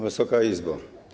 Wysoka Izbo!